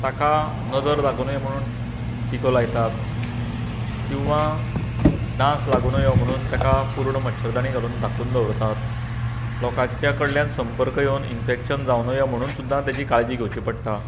ताका नदर लागूं नये म्हणून टिको लायतात किंवां डास लागूं नयो म्हणून ताका पूर्ण मच्छर दांणी घालून धाकून दवरतात लोकांच्या कडल्यान संपर्क येवन इंन्फेक्शन जावं नयो म्हणून सुद्दां ताची काळजी घेवंची पडटा